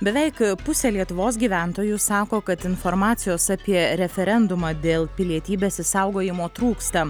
beveik pusė lietuvos gyventojų sako kad informacijos apie referendumą dėl pilietybės išsaugojimo trūksta